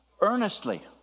earnestly